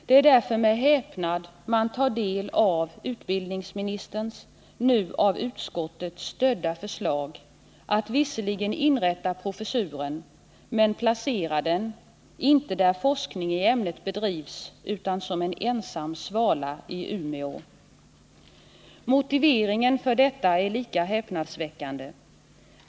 Det är därför med häpnad som man tar del av utbildningsministerns, nu av utskottet stödda, förslag att visserligen inrätta professuren, men att placera den inte där forskning i ämnet bedrivs utan som en ensam svala i Umeå. Motiveringen för detta är lika häpnadsväckande.